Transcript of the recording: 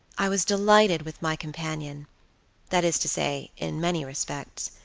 i was delighted with my companion that is to say, in many respects.